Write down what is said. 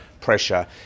pressure